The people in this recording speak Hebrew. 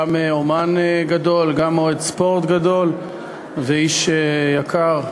גם אמן גדול, גם אוהד ספורט גדול ואיש יקר.